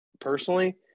personally